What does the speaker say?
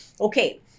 Okay